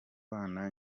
bana